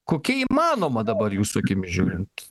kokia įmanoma dabar jūsų akimis žiūrint